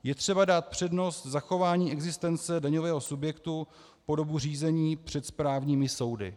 Je třeba dát přednost zachování existence daňového subjektu po dobu řízení před správními soudy.